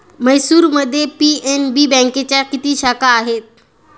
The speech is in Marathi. म्हैसूरमध्ये पी.एन.बी बँकेच्या किती शाखा आहेत?